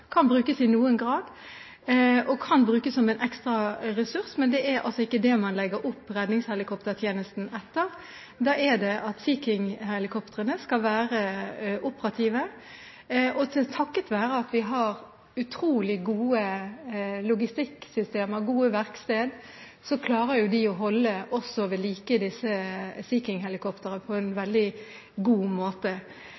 kan brukes i noen grad og kan brukes som en ekstra ressurs, men det er altså ikke det man legger opp redningshelikoptertjenesten etter. Det er Sea King-helikoptrene som skal være operative, og takket være at vi har utrolig gode logistikksystemer og gode verksteder, klarer de å holde vedlike også disse Sea King-helikoptrene på en